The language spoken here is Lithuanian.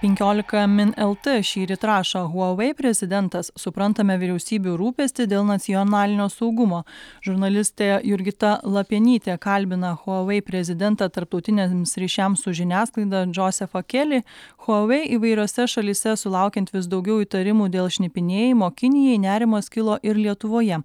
penkiolika min lt šįryt rašo huawei prezidentas suprantame vyriausybių rūpestį dėl nacionalinio saugumo žurnalistė jurgita lapienytė kalbina huawei prezidentą tarptautiniams ryšiams su žiniasklaida džozefą kelį huawei įvairiose šalyse sulaukiant vis daugiau įtarimų dėl šnipinėjimo kinijai nerimas kilo ir lietuvoje